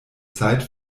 zeit